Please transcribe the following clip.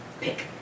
pick